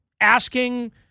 asking